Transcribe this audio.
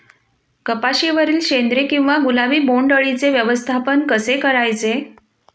कपाशिवरील शेंदरी किंवा गुलाबी बोंडअळीचे व्यवस्थापन कसे करायचे?